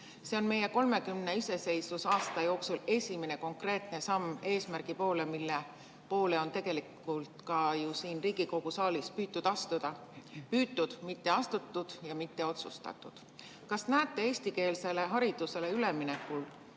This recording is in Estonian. See on meie 30 iseseisvusaasta jooksul esimene konkreetne samm eesmärgi poole, mille poole on tegelikult ka ju siin Riigikogu saalis püütud astuda – püütud, mitte astutud ja mitte otsustatud. Kas näete eestikeelsele haridusele üleminekul